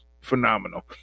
phenomenal